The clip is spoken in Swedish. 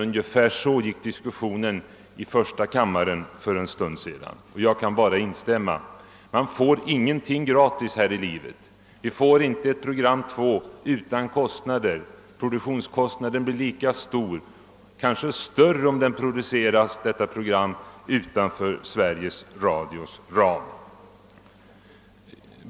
— Ungefär så gick diskussionen i första kammaren för en stund sedan, och jag kan bara instämma däri. Man får ingenting gratis här i livet. Vi får inte ett program 2 utan kostnader; produktionskostnaden blir lika stor eller kanske större, om detta andra program produceras utanför Sveriges Radios ram.